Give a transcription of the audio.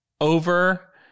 over